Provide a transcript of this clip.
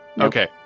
Okay